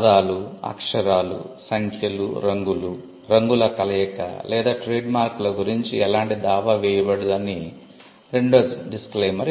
పదాలు అక్షరాలు సంఖ్యలు రంగులు రంగుల కలయిక లేదా ట్రేడ్మార్క్ ల గురించి ఎలాంటి దావా వేయబడదు అని రెండో డిస్క్లైమర్